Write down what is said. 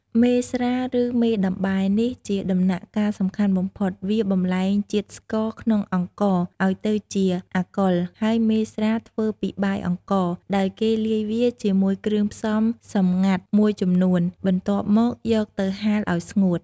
មេស្រា ឬ មេដំបែ នេះជាដំណាក់កាលសំខាន់បំផុត វាបម្លែងជាតិស្ករក្នុងអង្ករឲ្យទៅជាអាល់កុល ហើយមេស្រាធ្វើពីបាយអង្ករ ដោយគេលាយវាជាមួយគ្រឿងផ្សំសម្ងាត់មួយចំនួន បន្ទាប់មក យកទៅហាលឲ្យស្ងួត។